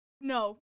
No